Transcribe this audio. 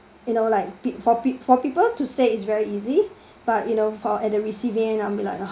you know like pe~ for pe~ for people to say it's very easy but you know for at the receiving end I would be like uh